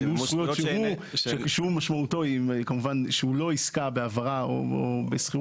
מימוש זכויות שמשמעותו היא כמובן שהוא לא עסקה בהעברה או בשכירות,